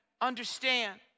understand